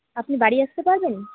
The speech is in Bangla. আপনি বাড়ি আসতে পারবেন